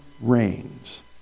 rains